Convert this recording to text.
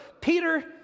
Peter